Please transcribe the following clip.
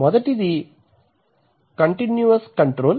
మొదటిది continuous control